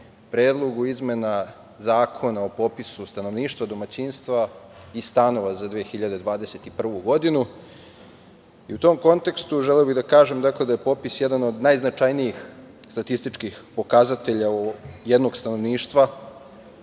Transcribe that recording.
predlogu izmena Zakona o popisu stanovništva, domaćinstava i stanova za 2021. godinu i u tom kontekstu želeo bih da kažem da je popis jedan od najznačajnih statističkih pokazatelja jednog stanovništva